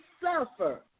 suffer